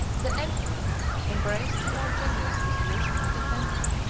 the emperor embraced the more generous resolution of defending,